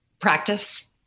Practice